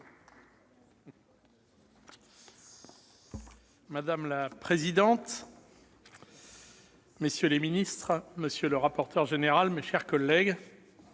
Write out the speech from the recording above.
Madame la présidente, messieurs les ministres, monsieur le rapporteur général, mes chers collègues,